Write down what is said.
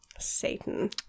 satan